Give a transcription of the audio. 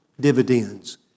dividends